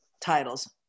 titles